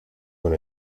con